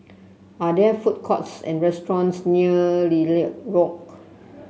are there food courts and restaurants near Lilac Walk